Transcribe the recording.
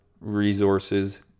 resources